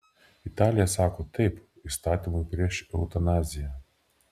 italija sako taip įstatymui prieš eutanaziją